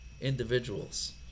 individuals